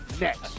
next